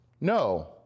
No